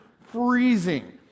freezing